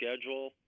schedule